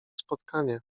spotkanie